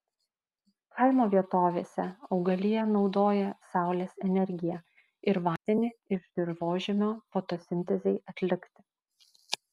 kaimo vietovėse augalija naudoja saulės energiją ir vandenį iš dirvožemio fotosintezei atlikti